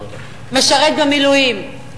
משרת במילואים,